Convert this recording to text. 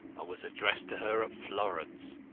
and was addressed to her at florence,